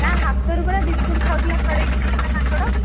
ତା ହାତରୁ ପରା ବିସ୍କୁଟ୍ ଖାଉଥିଲା ଛଡ଼ାଇକି ନେଇଗଲା ମାଙ୍କଡ଼